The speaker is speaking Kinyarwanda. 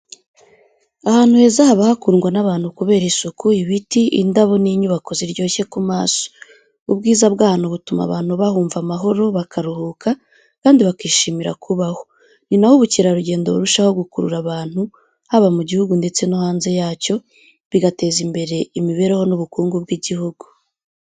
Ahantu heza haba hakundwa n’abantu kubera isuku, ibiti, indabo n’inyubako ziryoshye ku maso. Ubwiza bw’ahantu butuma abantu bahumva amahoro, bakaruhuka, kandi bakishimira kubaho. Ni na ho ubukerarugendo burushaho gukurura abantu, haba mu gihugu ndetse no hanze yacyo. Bigateza imbere imibereho n’ubukungu bw’igihugu.